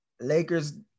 Lakers